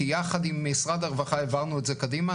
כי יחד עם משרד הרווחה העברנו את זה קדימה,